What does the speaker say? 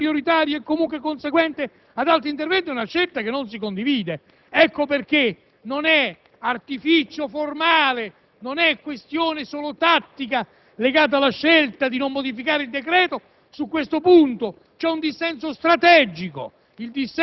che comunque vede il ponte assolutamente non prioritario e comunque conseguente ad altri interventi, è una scelta che non si condivide. Ecco perché il nostro non è un artificio formale, non è una questione solo tattica legata alla scelta di non modificare il decreto;